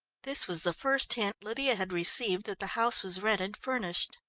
this was the first hint lydia had received that the house was rented furnished.